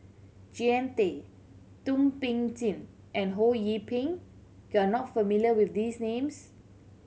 Jean Tay Thum Ping Tjin and Ho Yee Ping you are not familiar with these names